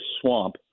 swamp